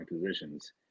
positions